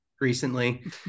recently